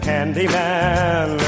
Candyman